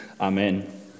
Amen